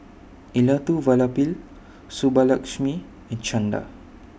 Elattuvalapil Subbulakshmi and Chanda